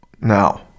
Now